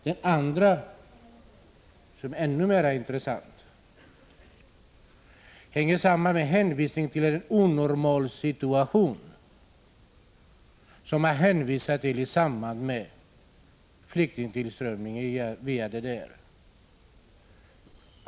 Den andra frågan, som är ännu mer intressant, sammanhänger med hänvisningen till en onormal situation i samband med flyktingströmmen hit via DDR.